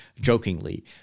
jokingly